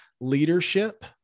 leadership